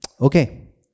Okay